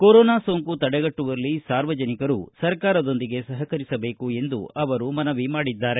corona ಸೋಂಕು ತಡೆಗಟ್ಟುವಲ್ಲಿ ಸಾರ್ವಜನಿಕರು ಸರ್ಕಾರದೊಂದಿಗೆ ಸಹಕರಿಸಬೇಕು ಎಂದು ಮನವಿ ಮಾಡಿದ್ದಾರೆ